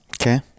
Okay